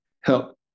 help